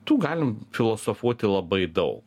tų galim filosofuoti labai daug